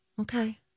Okay